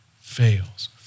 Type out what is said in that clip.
fails